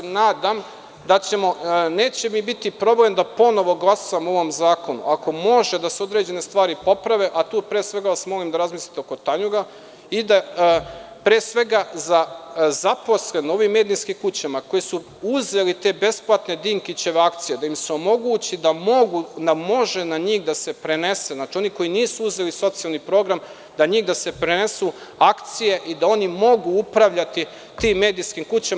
Neće mi biti problem da ponovo glasam o ovom zakonu, ali ako mogu da se određene stvari poprave, a tu vas pre svega molim da razmislite oko Tanjuga i pre svega da se zaposlenima u ovim medijskim kućama, koji su uzeli te besplatne Dinkićeve akcije, omogući da može na njih da se prenese, oni koji nisu uzeli socijalni program na njih da se prenesu akcije i da oni mogu upravljati tim medijskim kućama.